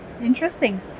Interesting